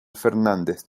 fernández